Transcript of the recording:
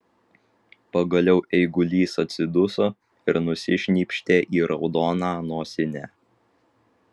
pagaliau eigulys atsiduso ir nusišnypštė į raudoną nosinę